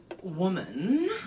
woman